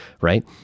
right